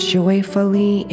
joyfully